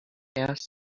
ass